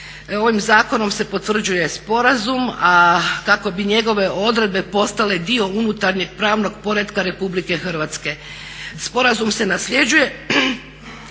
Ovim zakonom se potvrđuje sporazum, a kako bi njegove odredbe postale dio unutarnjeg pravnog poretka Republike Hrvatske sporazum se nasljeđuje